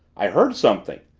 i heard something,